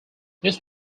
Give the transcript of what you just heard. this